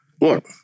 Look